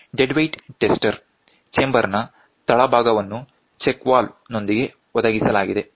dead weight tester ಚೇಂಬರ್ನ ತಳಭಾಗವನ್ನು check valve ನೊಂದಿಗೆ ಒದಗಿಸಲಾಗಿದೆ